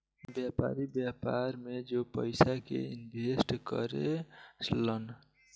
व्यापारी, व्यापार में जो पयिसा के इनवेस्ट करे लन